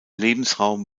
lebensraum